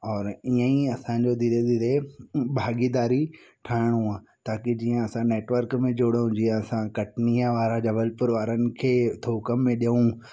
और ईअं ई असांजो धीरे धीरे भाॻीदारी ठहिणो आहे ताकि जीअं असां नेटवर्क में जुड़ूं जीअं असां कटनीअ वारा जबलपुर वारनि खे थोक में ॾियूं